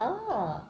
ah